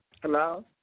Hello